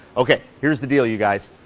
okay, here's the deal you guys,